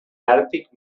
antàrtic